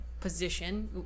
position